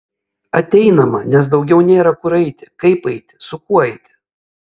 ateinama nes daugiau nėra kur eiti kaip eiti su kuo eiti